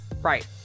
Right